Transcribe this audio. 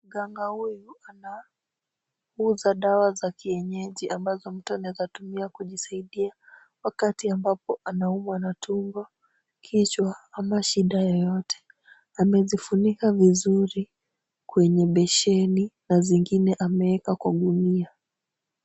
Mganga huyu anauza dawa za kienyeji ambazo mtu anaeza tumia kujisaidia wakati ambapo anaumwa na tumbo, kichwa ama shida yoyote. Amezifunika vizuri kwenye besheni na zingine ameeka kwa gunia.